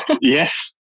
Yes